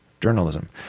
journalism